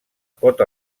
pot